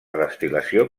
destil·lació